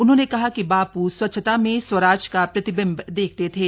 उन्होंने कहा कि बापू स्वच्छता में स्वराज का प्रतिबिम्ब देखते थे